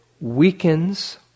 weakens